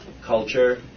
culture